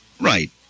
Right